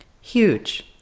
Huge